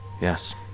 Yes